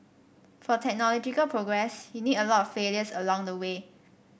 for technological progress you need a lot of failures along the way